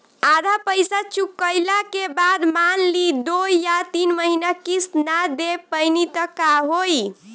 आधा पईसा चुकइला के बाद मान ली दो या तीन महिना किश्त ना दे पैनी त का होई?